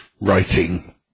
writing